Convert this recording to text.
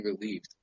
relieved